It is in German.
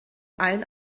allen